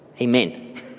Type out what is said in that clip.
Amen